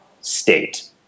state